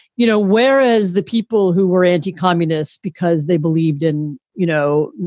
you know, whereas the people who were anti-communist, because they believed in, you know,